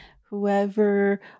whoever